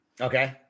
Okay